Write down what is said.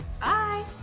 Bye